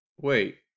Wait